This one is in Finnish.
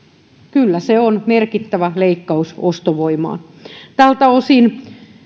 kyllä se on merkittävä leikkaus ostovoimaan tältä osin